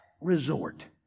resort